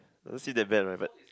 I don't see that bad right but